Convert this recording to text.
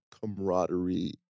camaraderie